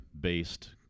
based